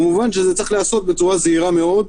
כמובן, זה צריך להיעשות בצורה זהירה מאוד.